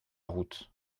route